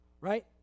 Right